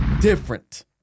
different